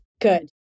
Good